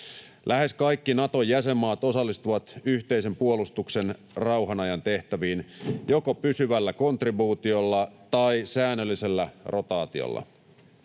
Lähes kaikki Naton jäsenmaat osallistuvat yhteisen puolustuksen rauhanajan tehtäviin joko pysyvällä kontribuutiolla tai säännöllisellä rotaatiolla.